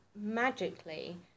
magically